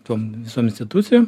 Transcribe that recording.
tom visom institucijom